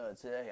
today